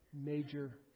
major